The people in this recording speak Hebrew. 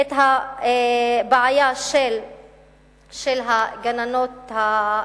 את הבעיה של הגננות המועסקות,